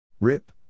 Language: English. Rip